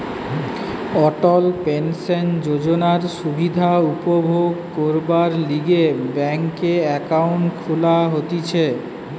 অটল pension যোজনার সুবিধা উপভোগ করবার লিগে ব্যাংকে একাউন্ট খুলা হতিছে